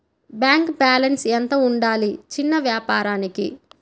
Bank balance ఎంత ఉండాలి చిన్న వ్యాపారానికి?